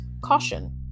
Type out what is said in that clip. caution